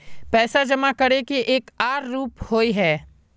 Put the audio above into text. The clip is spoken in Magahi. पैसा जमा करे के एक आर रूप होय है?